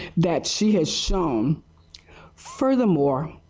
that she has shown furthermore,